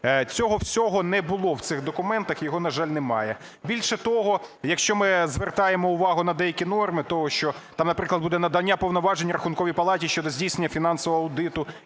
Цього всього не було в цих документах, його, на жаль, немає. Більше того, якщо ми звертаємо увагу на деякі норми того, що там, наприклад, буде надання повноважень Рахунковій палаті щодо здійснення фінансового аудиту